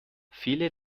viele